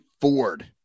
Ford